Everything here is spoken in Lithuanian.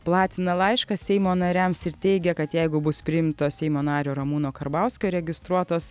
platina laišką seimo nariams ir teigia kad jeigu bus priimtos seimo nario ramūno karbauskio registruotos